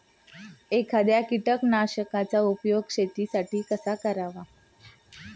एखाद्या कीटकनाशकांचा उपयोग शेतीसाठी कसा करावा?